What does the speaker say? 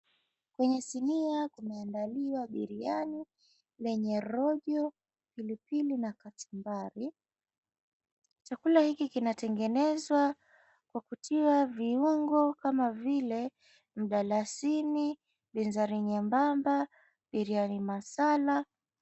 Kwenye sinia, kumeandaliwa biriani lenye rojo, pilipili na kachumbari. Chakula hiki kinatengenezwa kwa kutiwa viungo: mdalasini, bizari nyembamba, biriani masala.